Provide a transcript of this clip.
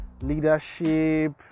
leadership